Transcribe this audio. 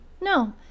no